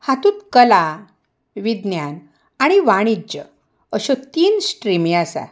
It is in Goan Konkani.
हातूंत कला विज्ञान आनी वाणिज्य अश्यो तीन स्ट्रिमी आसा